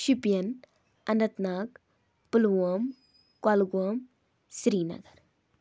Shopian Anantnag Pulwama Kulgam Sri Nagar